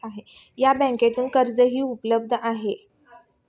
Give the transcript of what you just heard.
या बँकांमध्ये कर्जही उपलब्ध आहे